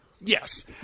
Yes